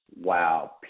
wow